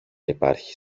υπάρχει